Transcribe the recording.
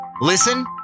Listen